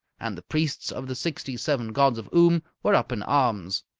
and the priests of the sixty-seven gods of oom were up in arms.